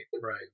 Right